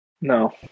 No